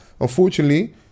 unfortunately